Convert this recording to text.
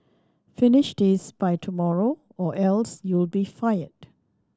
finish this by tomorrow or else you'll be fired